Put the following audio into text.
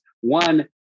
One